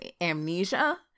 amnesia